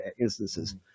instances